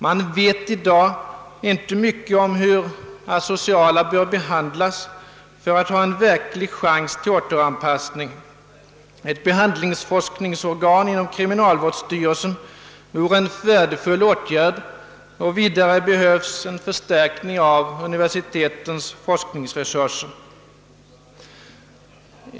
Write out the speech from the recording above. Man vet i dag inte mycket om hur de asociala bör behandlas för att ha en verklig chans till återanpassning. Att inrätta ett behandlingsforskningsorgan inom kriminalvården vore en värdefull åtgärd. Vidare behövs en förstärkning av universitetens forskningsresurser.